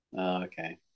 Okay